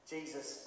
Jesus